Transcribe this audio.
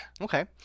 Okay